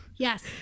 Yes